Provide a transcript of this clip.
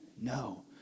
no